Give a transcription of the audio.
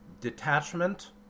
detachment